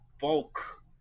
bulk